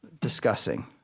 discussing